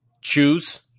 choose